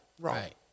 right